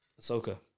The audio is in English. Ahsoka